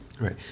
right